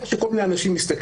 ברגע שכל מיני אנשים מסתכלים,